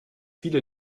viele